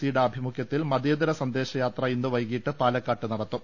സിയുടെ ആഭിമുഖ്യത്തിൽ മതേതര സന്ദേശ യാത്ര ഇന്ന് വൈകീട്ട് പാലക്കാട്ട് നടത്തും